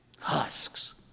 husks